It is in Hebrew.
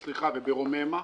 סליחה, וברוממה?